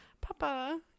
papa